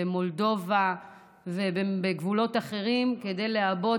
במולדובה ובגבולות אחרים כדי לעבות